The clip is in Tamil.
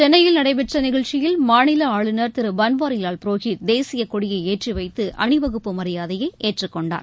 சென்னையில் நடைபெற்ற நிகழ்ச்சியில் மாநில ஆளுநர் திரு பன்வாரிவால் புரோஹித் தேசிய கொடியை ஏற்றிவைத்து அணிவகுப்பு மரியாதையை ஏற்றுக்கொண்டார்